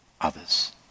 others